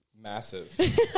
massive